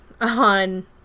on